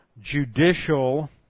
judicial